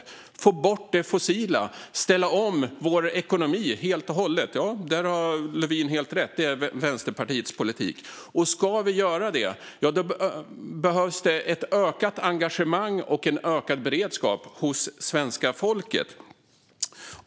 Vi måste få bort det fossila och helt och hållet ställa om vår ekonomi. Ja, där har Lövin helt rätt: Det är Vänsterpartiets politik. Om vi ska kunna göra detta behövs ett ökat engagemang och en ökad beredskap hos svenska folket.